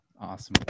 Awesome